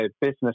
business